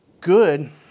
good